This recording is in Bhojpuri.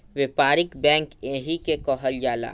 व्यापारिक बैंक एही के कहल जाला